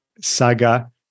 saga